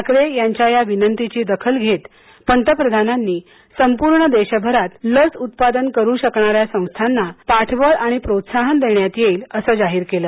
ठाकरे यांच्या या विनंतीची दखल घेत पंतप्रधानांनी संपूर्ण देशभरात लस उत्पादन करू शकणाऱ्या संस्थांना पाठबळ आणि प्रोत्साहन देण्यात येईल असे जाहीर केले